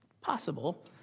possible